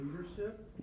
leadership